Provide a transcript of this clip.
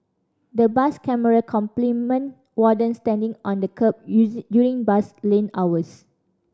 the bus camera complement wardens standing on the kerb during bus lane hours